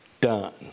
done